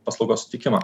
paslaugos suteikimą